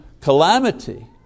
calamity